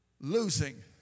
Losing